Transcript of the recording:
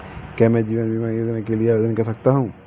क्या मैं जीवन बीमा योजना के लिए आवेदन कर सकता हूँ?